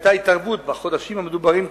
שהיתה התערבות בחודשים המדוברים כאן,